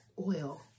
oil